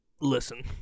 listen